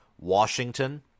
Washington